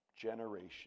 generation